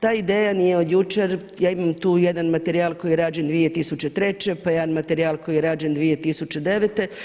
Ta ideja nije od jučer, ja imam tu jedan materijal koji je rađen 2003., pa jedan materijal koji je rađen 2009.